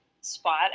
spot